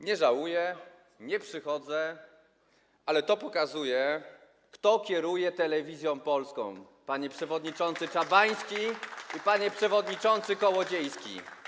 Nie żałuję, nie przychodzę, ale to pokazuje, kto kieruje Telewizją Polską, panie przewodniczący Czabański i panie przewodniczący Kołodziejski.